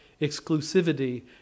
exclusivity